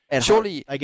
surely